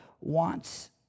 wants